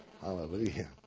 Hallelujah